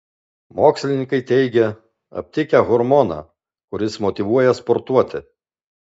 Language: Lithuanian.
mokslininkai teigia aptikę hormoną kuris motyvuoja sportuoti